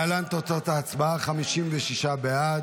להלן תוצאות ההצבעה: 56 בעד,